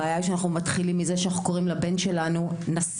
הבעיה היא שאנחנו מתחילים מזה שאנחנו קוראים לבן שלנו "נסיך",